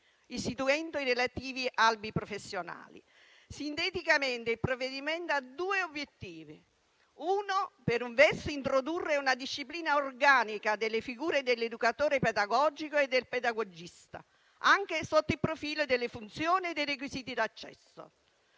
istituendo i relativi albi professionali. Sinteticamente, il provvedimento ha due obiettivi: per un verso, introdurre una disciplina organica delle figure dell'educatore pedagogico e del pedagogista, anche sotto il profilo delle funzioni e dei requisiti d'accesso;